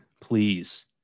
please